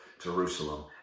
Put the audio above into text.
Jerusalem